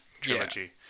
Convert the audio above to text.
trilogy